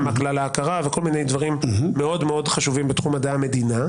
מה כלל ההכרה וכל מיני דברים מאוד מאוד חשובים בתחום מדעי המדינה.